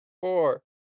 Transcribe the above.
four